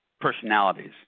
personalities